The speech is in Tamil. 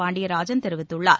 பாண்டியராஜன் தெரிவித்துள்ளார்